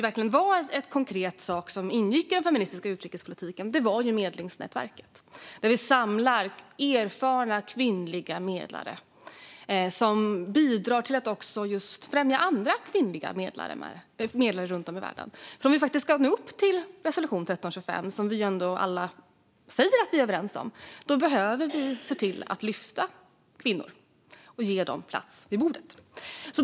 En konkret sak som ingick i den feministiska utrikespolitiken var medlingsnätverket, där vi samlar erfarna kvinnliga medlare och bidrar till att främja andra kvinnliga medlare runt om i världen. Om vi ska nå upp till resolution 1325, vilket ju alla säger att vi är överens om, behöver vi se till att lyfta kvinnor och ge dem plats vid bordet.